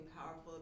powerful